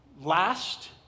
last